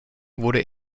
wurde